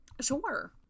Sure